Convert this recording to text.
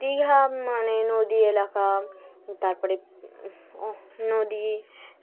দীঘা মানে নদী এলাকা তারপরে নদী